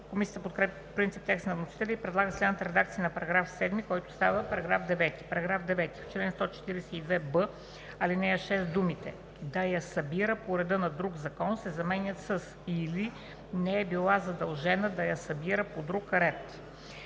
Комисията подкрепя по принцип текста на вносителя и предлага следната редакция на § 7, който става § 9: „§ 9. В чл. 142б, ал. 6 думите „да я събира по реда на друг закон“ се заменят с „или не е била задължена да я събира по друг ред“.“